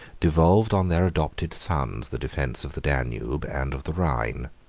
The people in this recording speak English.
devolved on their adopted sons the defence of the danube and of the rhine.